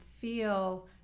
feel